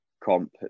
Comp